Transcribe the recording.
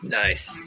nice